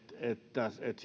että